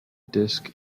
disk